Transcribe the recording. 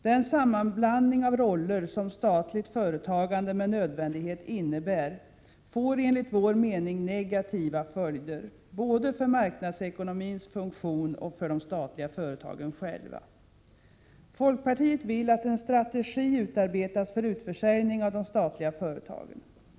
Den sammanblandning av roller, som statligt företagande med nödvändighet innebär, får enligt vår mening negativa följder både för marknadsekonomins funktion och för de statliga företagen själva. Folkpartiet vill att en strategi utarbetas för utförsäljning av de statliga företagen.